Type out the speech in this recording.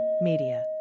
media